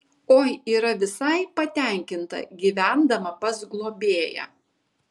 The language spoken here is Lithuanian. oi yra visai patenkinta gyvendama pas globėją